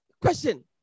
question